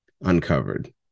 uncovered